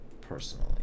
personally